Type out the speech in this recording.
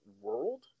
world